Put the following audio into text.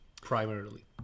primarily